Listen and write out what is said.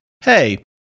hey